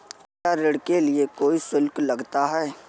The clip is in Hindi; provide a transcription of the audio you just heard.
क्या ऋण के लिए कोई शुल्क लगता है?